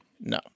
No